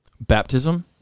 baptism